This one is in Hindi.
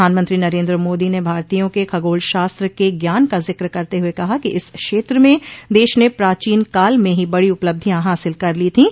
प्रधानमंत्री नरेन्द्र मोदो ने भारतीयों के खगोल शास्त्र के ज्ञान का जिक्र करते हुए कहा कि इस क्षेत्र में देश ने प्राचीन काल में ही बड़ी उपलब्धियां हासिल कर ली थीं